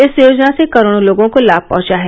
इस योजना से करोडों लोगों को लाभ पहुंचा है